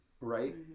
Right